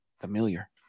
Familiar